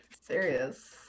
Serious